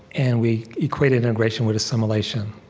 and we equated integration with assimilation.